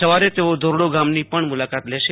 સવારે તેઓ ધોરડો ગામની પણ મુલાકાત લેશે